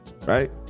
right